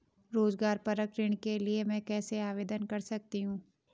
रोज़गार परक ऋण के लिए मैं कैसे आवेदन कर सकतीं हूँ?